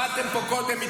באתם פה קודם,